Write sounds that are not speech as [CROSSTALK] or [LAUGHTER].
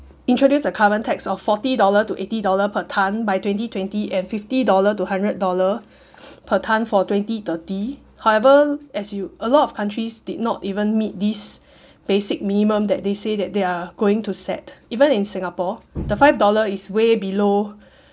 introduce a carbon tax of forty dollar to eighty dollar per tonne by twenty twenty and fifty dollar to hundred dollar [BREATH] per tonne for twenty thirty however as you a lot of countries did not even meet this [BREATH] basic minimum that they say that they're going to set even in singapore the five dollar is way below